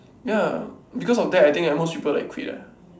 ya because of that I think like most people like quit ah